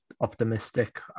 optimistic